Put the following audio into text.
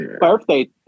Birthday